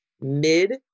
mid